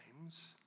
times